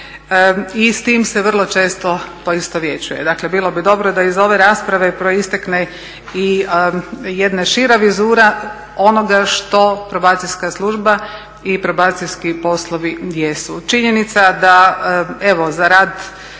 i s tim se vrlo često poistovjećuje. Dakle, bilo bi dobro da iz ove rasprave proistekne i jedna šira vizura onoga što probacijska služba i probacijski poslovi jesu. Činjenica da evo za rad